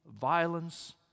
violence